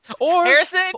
Harrison